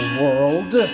world